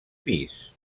pis